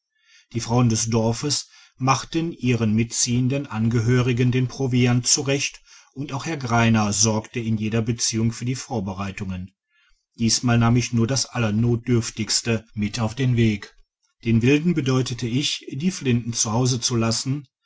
die frauen des dorfes machten ihren mitziehenden angehörigen den proviant zurecht und auch herr greiner sorgte in jeder beziehung für die vorbereitungen diesmal nahm ich nur das allernotdürftigste mit auf den weg den wilden bedeutete ich die flinten zu hause zu lassen